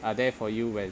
are there for you when